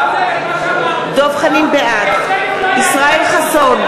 בעד ישראל חסון,